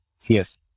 Yes